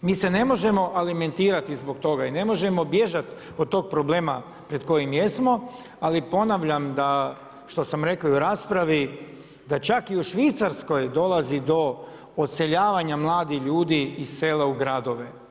mi se ne možemo alimentirati zbog toga i ne možemo bježati od tog problema pred kojim jesmo ali ponavljam da što sam rekao i u raspravi, da čak i u Švicarskoj dolazi do odseljavanja mladih ljudi iz sela u gradove.